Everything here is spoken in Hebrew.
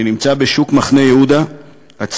אני נמצא בשוק מחנה-יהודה הצפוף,